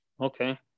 Okay